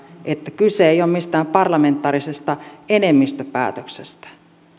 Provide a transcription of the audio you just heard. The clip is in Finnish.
että kyse ei ole mistään parlamentaarisesta enemmistöpäätöksestä